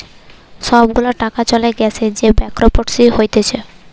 সব গুলা টাকা চলে গ্যালে যে ব্যাংকরপটসি হতিছে